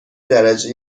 درجه